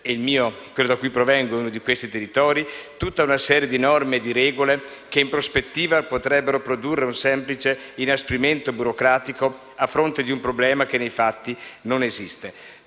(il territorio da cui provengo è uno di questi) tutta una serie di norme e regole che, in prospettiva, potrebbero produrre un semplice inasprimento burocratico a fronte di un problema che, nei fatti, non esiste.